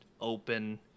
open